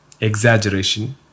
exaggeration